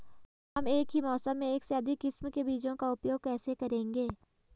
हम एक ही मौसम में एक से अधिक किस्म के बीजों का उपयोग कैसे करेंगे?